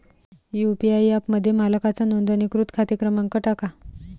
UPI ॲपमध्ये मालकाचा नोंदणीकृत खाते क्रमांक टाका